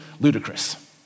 ludicrous